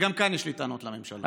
וגם כאן יש לי טענות לממשלה.